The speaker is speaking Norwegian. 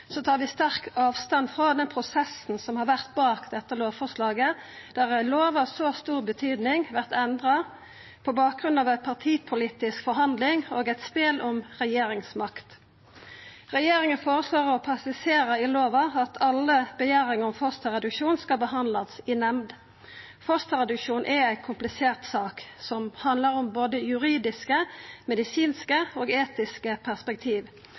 så stor verdi vert endra på bakgrunn av ei partipolitisk forhandling og eit spel om regjeringsmakt. Regjeringa foreslår å presisera i lova at alle oppmodingar om fosterreduksjon skal behandlast i nemnd. Fosterreduksjon er ei komplisert sak, som handlar om både juridiske, medisinske og etiske perspektiv.